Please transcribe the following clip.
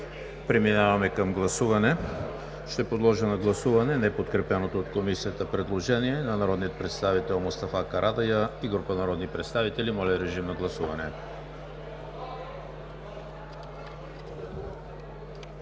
Преминаваме към гласуване. Ще подложа на гласуване неподкрепеното от Комисията предложение на народния представител Мустафа Карадайъ и група народни представители. Гласували